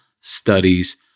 studies